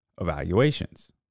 evaluations